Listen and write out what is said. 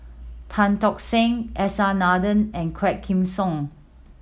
Tan Tock San S R Nathan and Quah Kim Song